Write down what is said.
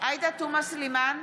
תומא סלימאן,